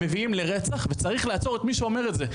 מביאים לרצח וצריך לעצור את מי שאומר את זה,